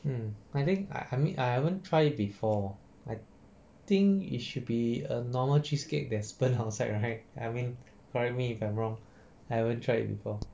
mm I think I I mean I haven't try it before I think it should be a normal cheesecake that's burnt outside right I mean correct me if I'm wrong I haven't try it before